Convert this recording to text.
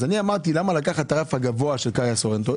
אז אני אמרתי למה לקחת את הרף הגבוה של קיה סורנטו,